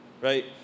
right